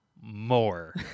more